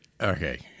Okay